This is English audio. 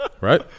right